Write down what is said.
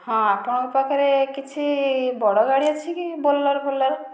ହଁ ଆପଣଙ୍କ ପାଖରେ କିଛି ବଡ଼ ଗାଡ଼ି ଅଛି କି ବୋଲେରୋ ଫୋଲେରୋ